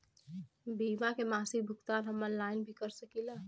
बीमा के मासिक भुगतान हम ऑनलाइन भी कर सकीला?